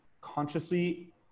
consciously